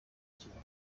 kiyovu